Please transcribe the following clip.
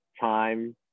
time